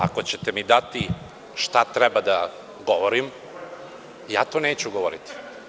Ako ćete mi dati šta treba da govorim, ja to neću govoriti.